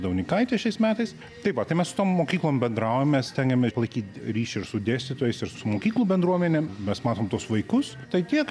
jaunikaitis šiais metais tai va tai mes su tom mokyklom bendraujam mes stengiamės palaikyt ryšį su ir dėstytojais ir su mokyklų bendruomenėm mes matom tuos vaikus tai tiek